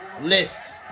list